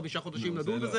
חמישה חודשים לדון בזה.